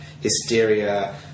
Hysteria